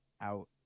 out